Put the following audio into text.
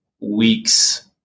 weeks